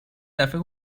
دفعه